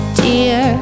dear